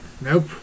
nope